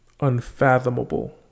Unfathomable